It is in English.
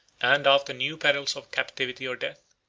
and, after new perils of captivity or death,